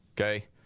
okay